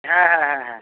হ্যাঁ হ্যাঁ হ্যাঁ হ্যাঁ